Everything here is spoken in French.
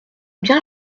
bien